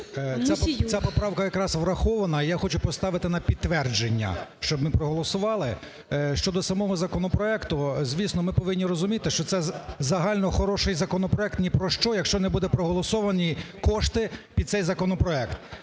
Ця поправка якраз врахована, і я хочу поставити на підтвердження, щоб ми проголосували. Щодо самого законопроекту, звісно, ми повинні розуміти, що це загально хороший законопроект ні про що, якщо не будуть проголосовані кошти під цей законопроект.